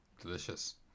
Delicious